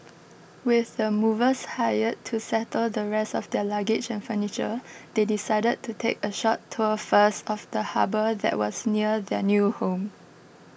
with the movers hired to settle the rest of their luggage and furniture they decided to take a short tour first of the harbour that was near their new home